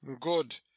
good